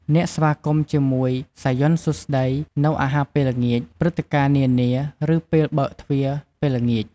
អ្នកស្វាគមន៍ជាមួយ "សាយ័ន្តសួស្ដី" នៅអាហារពេលល្ងាច ព្រឹត្តិការណ៍នានា ឬ ពេលបើកទ្វាពេលល្ងាច។